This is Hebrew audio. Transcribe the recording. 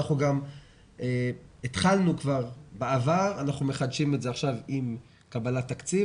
אנחנו גם התחלנו כבר בעבר ואנחנו מחדשים את זה עכשיו עם קבלת תקציב,